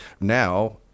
now